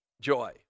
joy